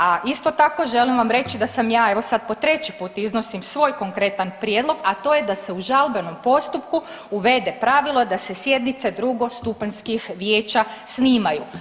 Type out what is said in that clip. A isto tako želim vam reći da sam ja evo sad po treći put iznosim svoj konkretan prijedlog, a to je da se u žalbenom postupku uvede pravilo da se sjednice drugostupanjskih vijeća snimaju.